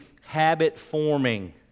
habit-forming